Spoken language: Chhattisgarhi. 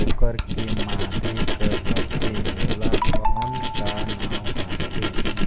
ओकर के माधे कर रथे ओला कौन का नाव काथे?